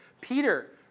Peter